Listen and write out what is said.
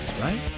right